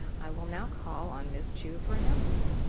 i will now call on ms. chu for announcements.